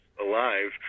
alive